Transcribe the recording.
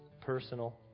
Personal